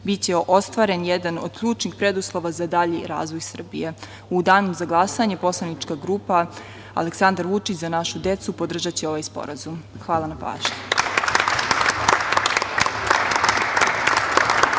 Biće ostvaren jedan od ključnih preduslova za dalji razvoj Srbije.U danu za glasanje poslanička grupa „Aleksandar Vučić – Za našu decu“, podržaće ovaj sporazum. Hvala na pažnji.